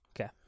Okay